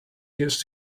used